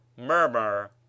Murmur